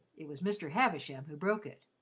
it was mr. havisham who broke it.